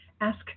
Ask